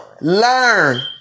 Learn